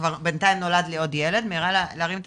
כבר בינתיים נולד לי עוד ילד ואמרה,